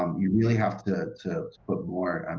um you really have to to put more.